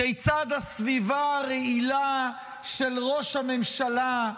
כיצד הסביבה הרעילה של ראש הממשלה,